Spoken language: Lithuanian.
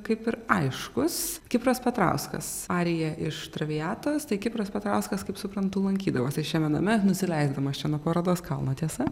kaip ir aiškus kipras petrauskas arija iš traviatos tai kipras petrauskas kaip suprantu lankydavosi šiame name nusileisdamas čia nuo parodos kalno tiesa